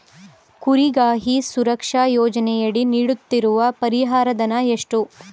ಕುರಿಗಾಹಿ ಸುರಕ್ಷಾ ಯೋಜನೆಯಡಿ ನೀಡುತ್ತಿರುವ ಪರಿಹಾರ ಧನ ಎಷ್ಟು?